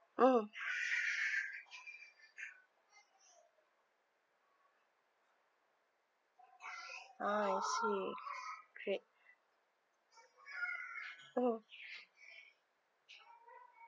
mm ah I see great oh